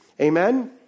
Amen